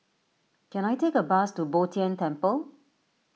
can I take a bus to Bo Tien Temple